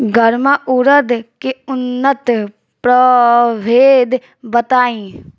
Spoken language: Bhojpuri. गर्मा उरद के उन्नत प्रभेद बताई?